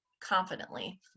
confidently